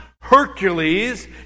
Hercules